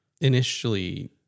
initially